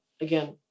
again